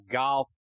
golf